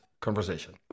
conversation